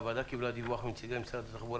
הוועדה קיבלה דיווח מנציגי משרד התחבורה